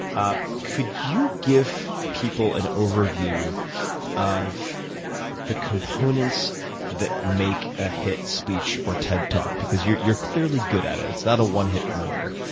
ah could you give people an overview of the components that make a hit speech or ted talk? because you're you're clearly good at it. it's not a one-hit wonder.